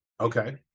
okay